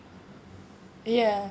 ya